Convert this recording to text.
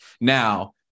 Now